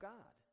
God